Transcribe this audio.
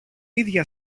ίδια